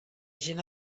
gent